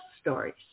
Stories